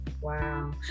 Wow